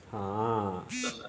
!huh!